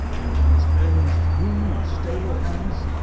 with an experienced groom and stable hands.